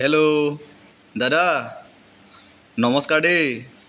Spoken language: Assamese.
হেল্ল' দাদা নমস্কাৰ দেই